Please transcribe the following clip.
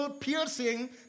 piercing